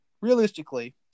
Realistically